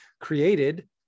created